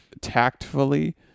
tactfully